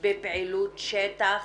בפעילות שטח.